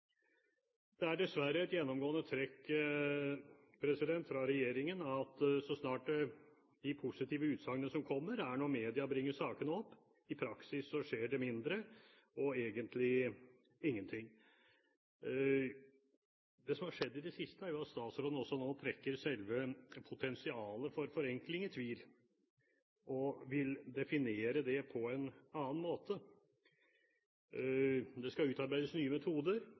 Det er dessverre et gjennomgående trekk fra regjeringen at de positive utsagnene som kommer, er når media bringer sakene opp. I praksis skjer det mindre og egentlig ingenting. Det som har skjedd i det siste, er at statsråden også nå trekker selve potensialet for forenkling i tvil og vil definere det på en annen måte. Det skal utarbeides nye metoder,